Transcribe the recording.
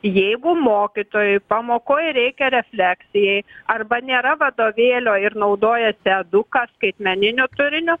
jeigu mokytojui pamokoj reikia refleksijai arba nėra vadovėlio ir naudojasi eduka skaitmeniniu turiniu